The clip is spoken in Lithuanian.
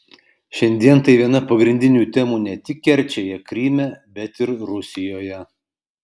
šiandien tai viena pagrindinių temų ne tik kerčėje kryme bet ir rusijoje